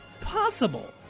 possible